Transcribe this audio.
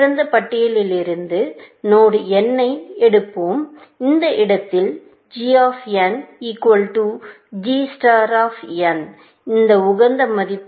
திறந்த பட்டியலிலிருந்து node n ஐ எடுக்கும்போது அந்த இடத்தில் g of n equal to g star of n இது உகந்த மதிப்பு